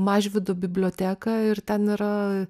mažvydo biblioteką ir ten yra